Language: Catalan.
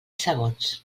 segons